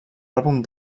àlbum